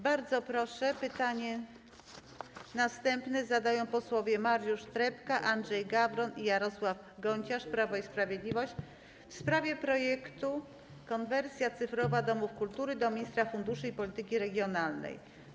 Bardzo proszę, następne pytanie zadają posłowie Mariusz Trepka, Andrzej Gawron i Jarosław Gonciarz, Prawo i Sprawiedliwość, w sprawie projektu „Konwersja cyfrowa domów kultury” - do ministra funduszy i polityki regionalnej.